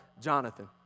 Jonathan